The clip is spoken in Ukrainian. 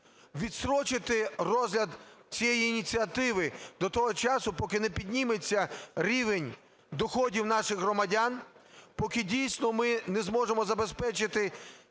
відстрочити розгляд цієї ініціативи до того часу, поки не підніметься рівень доходів наших громадян, поки дійсно ми не зможемо забезпечити